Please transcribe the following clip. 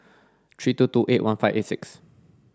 three two two eight one five six eight